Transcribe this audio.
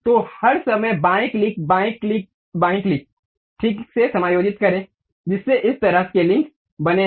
तो हर समय बाएं क्लिक बाएं क्लिक बाएं क्लिक ठीक से समायोजित करे जिससे इस तरह के लिंक बने हैं